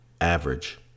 average